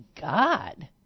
God